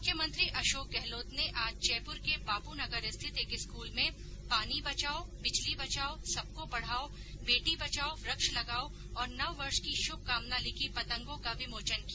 मुख्यमंत्री अशोक गहलोत ने आज जयपुर के बापूनगर स्थित एक स्कूल में पानी बचाओ बिजली बचाओ सबको पढाओं बेटी बचाओं वृक्ष लगाओं और नववर्ष की शुभकामना लिखी पतंगों का विमोचन किया